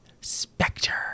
Spectre